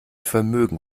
vermögen